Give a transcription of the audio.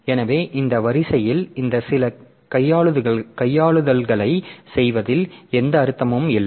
எனவே இந்த வரிசையில் இந்த சில கையாளுதல்களைச் செய்வதில் எந்த அர்த்தமும் இல்லை